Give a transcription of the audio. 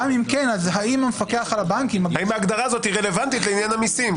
האם ההגדרה הזו רלוונטית לעניין המסים?